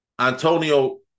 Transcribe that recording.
Antonio